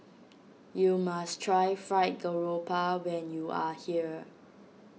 you must try Fried Garoupa when you are here